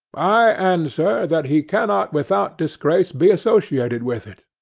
i answer, that he cannot without disgrace be associated with it.